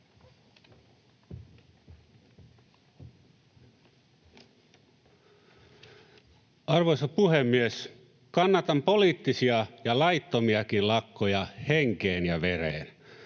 Arvoisa puhemies! Kannatan poliittisia ja laittomiakin lakkoja henkeen ja vereen.